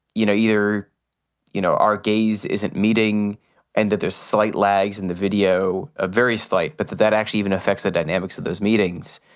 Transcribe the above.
you know, you're you know, our gaze isn't meeting and that there's slight legs in the video, a very slight. but that that actually even affects the dynamics of those meetings.